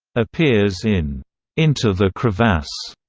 appears in into the crevasse,